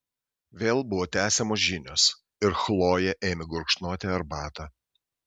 vėl buvo tęsiamos žinios ir chlojė ėmė gurkšnoti arbatą